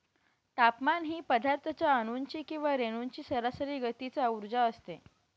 तापमान ही पदार्थाच्या अणूंची किंवा रेणूंची सरासरी गतीचा उर्जा असते